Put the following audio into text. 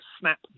snap